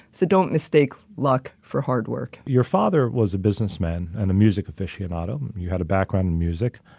so don't mistake luck for hard work. your father was a businessman and a music aficionado. you had a background in music.